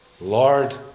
Lord